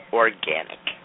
organic